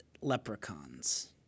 leprechauns